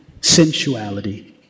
sensuality